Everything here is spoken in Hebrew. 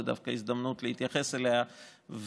זו דווקא הזדמנות להתייחס אליה וקצת